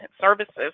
Services